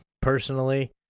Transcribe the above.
personally